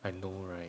I know right